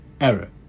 error